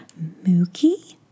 Mookie